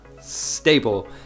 stable